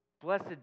Blessed